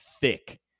thick